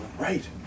Right